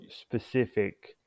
specific